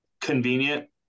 convenient